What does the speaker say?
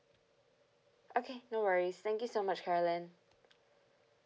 okay no worries thank you so much caroline